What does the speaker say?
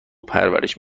پرورش